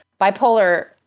Bipolar